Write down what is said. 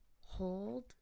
hold